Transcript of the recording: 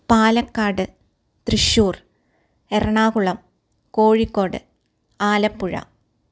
Palakkad Thrissur Ernakulam Kozhikode Alappuzha